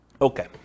Okay